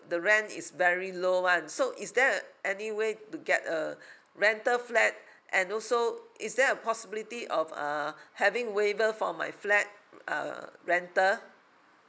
the rent is very low one so is there a anyway to get a rental flat and also is there a possibility of uh having waiver for my flat uh rental